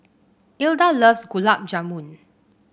Ilda loves Gulab Jamun